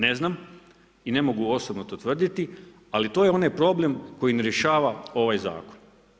Ne znam i ne mogu osobno to tvrditi, ali to je onaj problem koji ne rješava ovaj zakon.